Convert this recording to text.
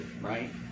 right